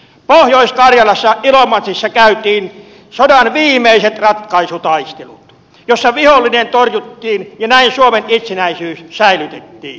pohjois karjalassa ilomantsissa käytiin sodan viimeiset ratkaisutaistelut joissa vihollinen torjuttiin ja näin suomen itsenäisyys säilytettiin